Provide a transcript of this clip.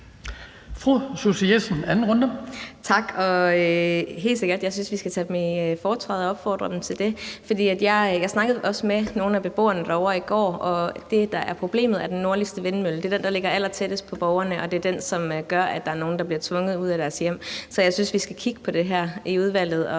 18:40 Susie Jessen (DD): Tak. Jeg synes helt sikkert, at vi skal have dem i foretræde og opfordre dem til det. For jeg snakkede også med nogle af beboerne derovre i går, og det, der er problemet, er det nordligste vindmølle. Det er den, der ligger allertættest på borgerne, og det er den, som gør, at der er nogle, som bliver tvunget ud af deres hjem. Så jeg synes, at vi skal kigge på det her i udvalget og